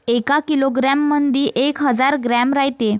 एका किलोग्रॅम मंधी एक हजार ग्रॅम रायते